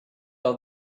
all